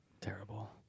Terrible